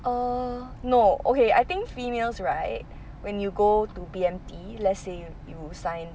err no okay I think females right when you go to B_M_T let's say you sign